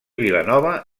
vilanova